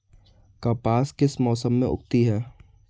कपास किस मौसम में उगती है?